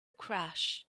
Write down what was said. crash